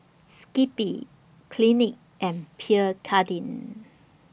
Skippy Clinique and Pierre Cardin